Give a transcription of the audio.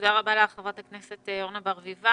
תודה רבה לך, חברת הכנסת אורנה ברביבאי.